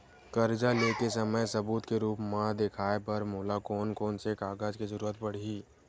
कर्जा ले के समय सबूत के रूप मा देखाय बर मोला कोन कोन से कागज के जरुरत पड़ही?